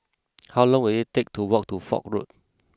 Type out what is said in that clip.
how long will it take to walk to Foch Road